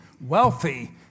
wealthy